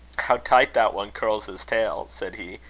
how tight that one curls his tail! said he,